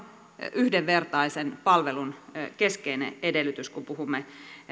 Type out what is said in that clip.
yhdenvertaisen palvelun keskeinen edellytys kun puhumme